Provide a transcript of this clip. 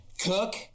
Cook